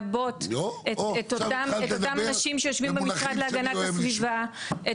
לעבות את אותם אנשים שיושבים במשרד להגנת הסביבה,